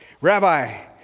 Rabbi